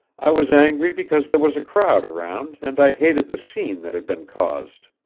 i was angry because there was a crowd around and i hated the scene that had been caused.